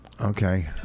Okay